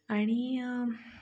आणि